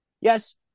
yes